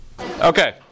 Okay